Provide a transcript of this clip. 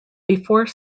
before